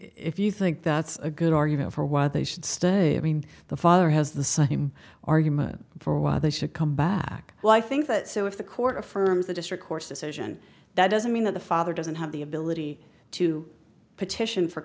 if you think that's a good argument for why they should stay it mean the father has the same argument for why they should come back well i think that so if the court affirms the district court's decision that doesn't mean that the father doesn't have the ability to petition for